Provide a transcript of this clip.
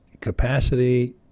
capacity